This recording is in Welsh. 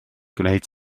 gwneud